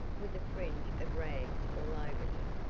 with a fringe of rags all over him,